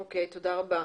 אוקיי, תודה רבה.